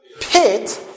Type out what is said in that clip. pit